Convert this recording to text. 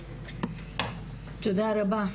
תודה רבה.